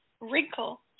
wrinkle